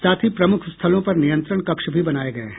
साथ ही प्रमुख स्थलों पर नियंत्रण कक्ष भी बनाये गये हैं